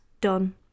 Done